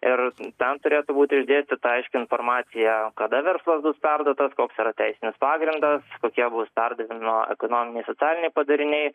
ir ten turėtų būti išdėstyta aiški informacija kada verslas bus perduotas koks yra teisinis pagrindas kokia bus perdavimo ekonominiai socialiniai padariniai